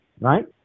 right